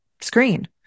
screen